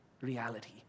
reality